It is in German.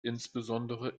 insbesondere